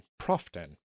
Proften